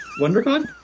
WonderCon